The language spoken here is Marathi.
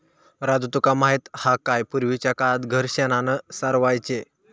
राजू तुका माहित हा काय, पूर्वीच्या काळात घर शेणानं सारवायचे